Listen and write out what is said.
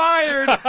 fired